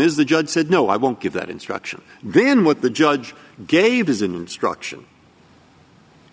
is the judge said no i won't give that instruction then what the judge gave is an instruction